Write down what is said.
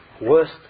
worst